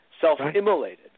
self-immolated